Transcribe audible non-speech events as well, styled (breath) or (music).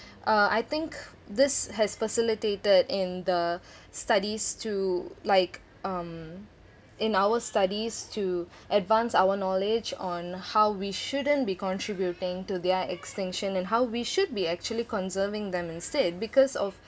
uh I think this has facilitated in the (breath) studies to like um in our studies to advance our knowledge on how we shouldn't be contributing to their extinction and how we should be actually conserving them instead because of